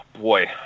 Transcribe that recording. boy